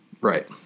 Right